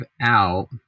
out